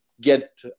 get